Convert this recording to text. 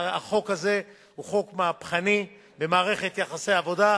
החוק הזה הוא חוק מהפכני במערכת יחסי העבודה,